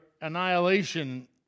annihilation